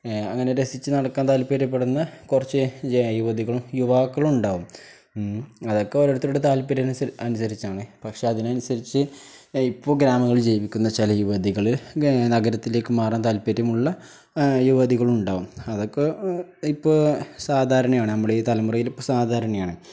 അങ്ങനെ രസിച്ച് നടക്കാൻ താല്പര്യപ്പെടുന്ന കുറച്ച് യുവതികളും യുവാക്കളുമുണ്ടാകും അതൊക്കെ ഓരോരുത്തരുടെ താല്പര്യമനുസരിച്ചാണ് പക്ഷെ അതിനനുസരിച്ച് ഇപ്പോള് ഗ്രാമങ്ങളിൽ ജീവിക്കുന്ന ചില യുവതികള് നഗരത്തിലേക്ക് മാറാൻ താല്പര്യമുള്ള യുവതികളുമുണ്ടാകും അതൊക്കെ ഇപ്പോള് സാധാരണമാണ് നമ്മുടെ ഈ തലമുറയില് ഇപ്പോള് സാധാരണമാണ്